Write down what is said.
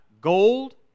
gold